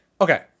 okay